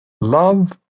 Love